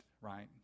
right